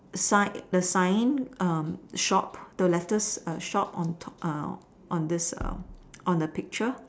side the sign um shop the letters err shop on top uh on this on the picture